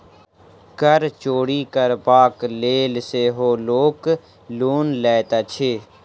कर चोरि करबाक लेल सेहो लोक लोन लैत अछि